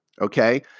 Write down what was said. Okay